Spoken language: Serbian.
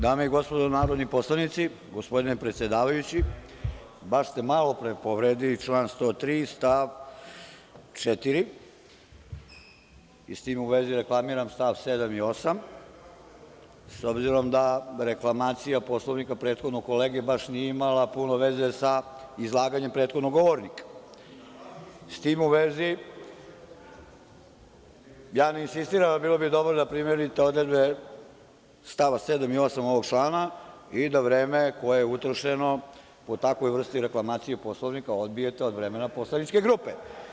Dame i gospodo narodni poslanici, gospodine predsedavajući, baš ste malo pre povredili član 103. stav 4. i sa tim u vezi reklamiram stav 7. i 8. S obzirom da reklamacija Poslovnika prethodnog kolege baš nije imala puno veze sa izlaganjem prethodnog govornika, s tim u vezi ja ne insistiram, ali bilo bi dobro da primenite odredbe stava 7. i 8. ovog člana i da vreme koje je utrošeno u takvoj vrsti reklamacije Poslovnika odbijete od vremena poslaničke grupe.